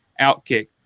Outkick